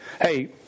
hey